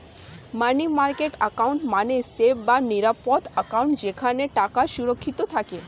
মানি market account মানে safe বা নিরাপদ অ্যাকাউন্ট যেখানে টাকা সুরক্ষিত থাকে